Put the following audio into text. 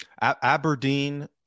Aberdeen